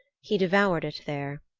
he devoured it there.